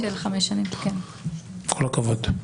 לא כבוד.